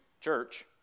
church